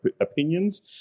Opinions